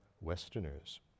Westerners